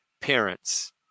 parents